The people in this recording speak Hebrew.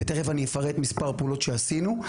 ותכף אני אפרט כמה פעולות שעשינו.